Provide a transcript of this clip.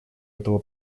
этого